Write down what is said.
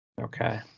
Okay